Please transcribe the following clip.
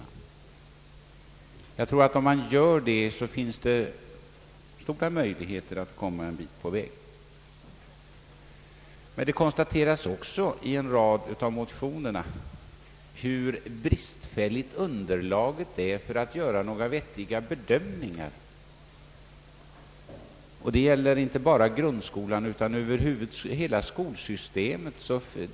Då och först på det sättet finns möjligheter att komma en bit på väg mot bättre arbetsförhållanden i skolorna. I en rad motioner konstateras hur bristfälligt underlaget är för att kunna få fram några vettiga bedömningar. Detta gäller inte bara grundskolan utan skolsystemet över huvud taget.